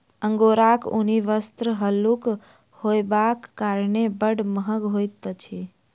अंगोराक ऊनी वस्त्र हल्लुक होयबाक कारणेँ बड़ महग होइत अछि